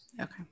Okay